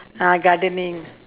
ah gardening